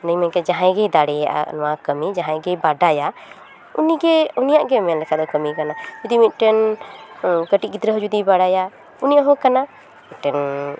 ᱱᱤᱭᱟᱹ ᱡᱟᱦᱟᱭ ᱜᱮᱭ ᱫᱟᱲᱮᱭᱟᱜᱼᱟ ᱱᱚᱣᱟ ᱠᱟᱹᱢᱤ ᱡᱟᱦᱟᱭ ᱜᱮᱭ ᱵᱟᱰᱟᱭᱟ ᱩᱱᱤ ᱜᱮ ᱩᱱᱤᱭᱟᱜ ᱜᱮ ᱢᱮᱱ ᱟᱠᱟᱱᱟ ᱠᱟᱹᱢᱤ ᱠᱟᱱᱟ ᱡᱩᱫᱤ ᱢᱤᱫᱴᱮᱱ ᱡᱩᱫᱤ ᱢᱤᱫᱴᱮᱱ ᱠᱟᱹᱴᱤᱡ ᱜᱤᱫᱽᱨᱟᱹ ᱦᱚᱸᱭ ᱵᱟᱲᱟᱭᱟ ᱩᱱᱤᱭᱟᱜ ᱦᱚᱸ ᱠᱟᱱᱟ ᱢᱤᱫᱴᱮᱱ